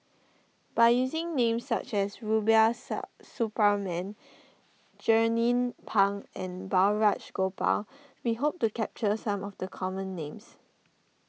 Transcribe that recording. by using names such as Rubiah sub Suparman Jernnine Pang and Balraj Gopal we hope to capture some of the common names